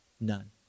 None